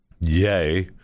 yay